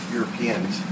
Europeans